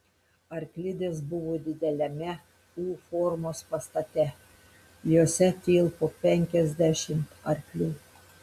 arklidės buvo dideliame u formos pastate jose tilpo penkiasdešimt arklių